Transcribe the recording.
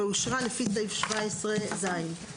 ואושרה לפי סעיף 17ז,